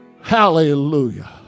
Hallelujah